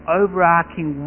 overarching